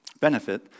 benefit